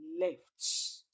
left